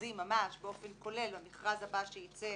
במכרזים ממש באופן כולל במכרז הבא שייצא